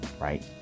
right